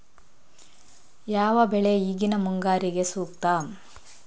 ಯಾವ ಬೆಳೆ ಈಗಿನ ಮುಂಗಾರಿಗೆ ಸೂಕ್ತ?